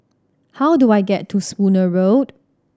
how do I get to Spooner Road